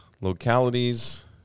localities